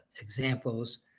examples